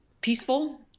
peaceful